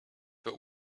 but